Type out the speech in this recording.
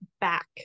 back